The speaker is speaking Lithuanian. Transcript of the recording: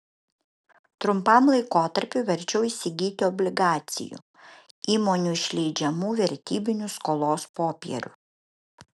trumpam laikotarpiui verčiau įsigyti obligacijų įmonių išleidžiamų vertybinių skolos popierių